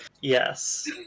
yes